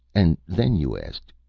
and then you asked,